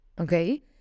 Okay